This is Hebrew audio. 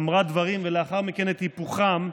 אמרה דברים ולאחר מכן את היפוכם,